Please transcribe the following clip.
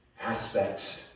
aspects